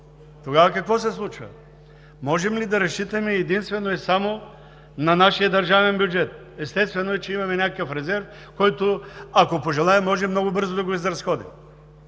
Тогава, какво се случва? Можем ли да разчитаме единствено и само на нашия държавен бюджет? Естествено е, че имаме някакъв резерв, който, ако пожелаем, можем много бързо да го изразходим.